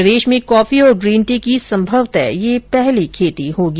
प्रदेश में कॉफी और green tea की संभवतः यह पहली खेती होगी